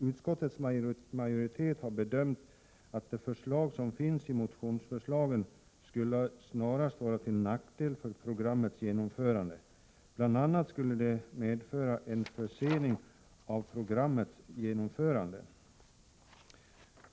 Utskottets majoritet har bedömt saken så att motionsförslagen snarast skulle vara till nackdel för programmets genomförande — bl.a. skulle de medföra en försening av genomförandet.